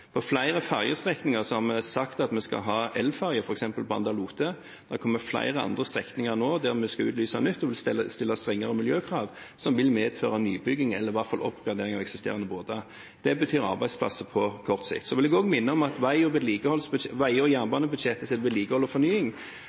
På flere fergestrekninger har vi sagt at vi skal ha elferge, f.eks. på Anda–Lote. Det kommer flere andre strekninger nå der vi skal utlyse på nytt og stille strengere miljøkrav, som vil medføre nybygging eller i hvert fall oppgradering av eksisterende båter. Det betyr arbeidsplasser på kort sikt. Jeg vil også minne om at vei- og jernbanebudsjettets andel som går til vedlikehold og fornying,